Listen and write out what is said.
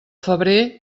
febrer